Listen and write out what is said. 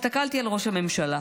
הסתכלתי על ראש הממשלה.